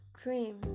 dream